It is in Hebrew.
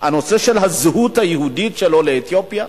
הנושא של הזהות היהודית של עולי אתיופיה.